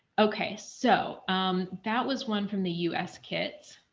okay, so that was one from the us kits.